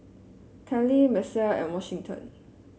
Cayla Misael and Washington